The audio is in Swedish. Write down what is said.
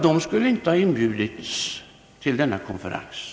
De skulle inte ha inbjudits till denna konferens.